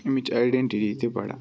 امِچ آڈیٚنٹِٹی تہِ بَڑان